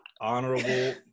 honorable